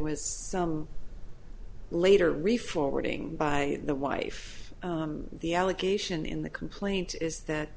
was some later re forwarding by the wife the allegation in the complaint is that